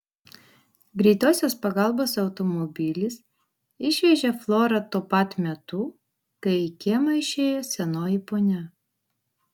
greitosios pagalbos automobilis išvežė florą tuo pat metu kai į kiemą išėjo senoji ponia